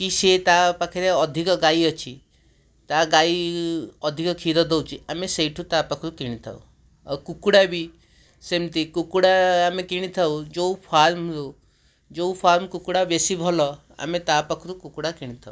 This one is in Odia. କି ସିଏ ତାପାଖରେ ଅଧିକ ଗାଈ ଅଛି ତା ଗାଈ ଅଧିକ କ୍ଷୀର ଦେଉଛି ଆମେ ସେଇଠୁ ତାପାଖରୁ କିଣିଥାଉ ଓ କୁକୁଡ଼ା ବି ସେମିତି କୁକୁଡ଼ା ଆମେ କିଣିଥାଉ ଯେଉଁ ଫାର୍ମ ରୁ ଯେଉଁ ଫାର୍ମ କୁକୁଡ଼ା ବେଶୀ ଭଲ ଆମେ ତାପାଖରୁ କୁକୁଡ଼ା କିଣିଥାଉ